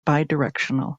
bidirectional